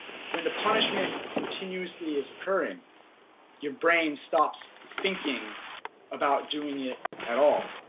when the punishment continuously is occurring your brain stops thinking about doing it at all.